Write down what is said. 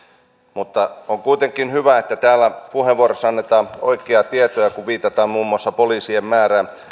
mutta on kuitenkin hyvä että täällä puheenvuoroissa annetaan oikeita tietoja kun viitataan muun muassa poliisien määrään